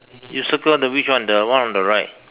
you circle the which one the one on the right